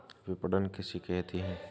विपणन किसे कहते हैं?